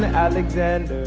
ah alexander.